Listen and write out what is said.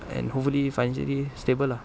and hopefully financially stable lah